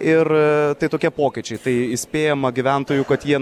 ir tai tokie pokyčiai tai įspėjam gyventojų kad jie